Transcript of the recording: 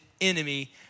enemy